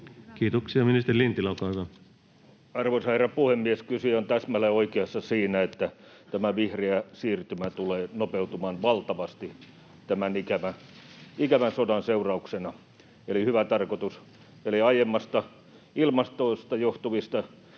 Kiitoksia. — Ministeri Lintilä, olkaa hyvä. Arvoisa herra puhemies! Kysyjä on täsmälleen oikeassa siinä, että tämä vihreä siirtymä tulee nopeutumaan valtavasti tämän ikävän sodan seurauksena, eli hyvä tarkoitus — eli aiemmista, ilmastosta johtuvista